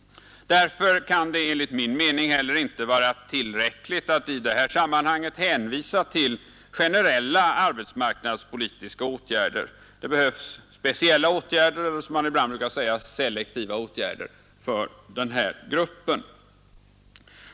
Därför kan det enligt min mening heller inte vara tillräckligt att i det här sammanhanget hänvisa till generella arbetsmarknadspolitiska åtgärder. Det behövs speciella åtgärder eller, som man ibland brukar säga, selektiva åtgärder för den här gruppen.